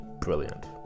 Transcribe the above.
brilliant